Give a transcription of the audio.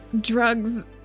drugs